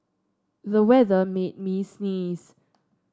the weather made me sneeze